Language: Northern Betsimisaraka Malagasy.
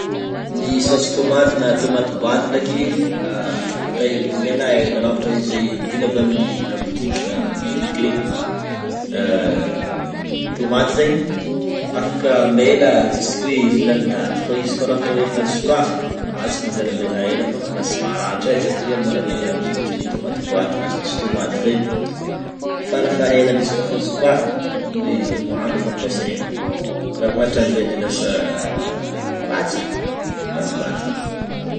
Ny saosy tômaty na tomate boaty ndreky afaka tairizigny elaela ra ôhatra izy hoe vidina avy amin'ny labotiky na boutique regny, tômaty zegny afaka ambela jusqu'à hoe izy lany daty fa izy ko efa nisokafina a tsy tsara ambela ela fa lasa maratra e, satria mora indiran-drivotra le tômaty boty na saosy tômaty zegny, farafaelany izy koa efa nisokafany roa andro fogna ampesa ra miotran'ny izegny de lasa ratsy tômaty boaty zegny.